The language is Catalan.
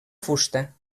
fusta